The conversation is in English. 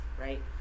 right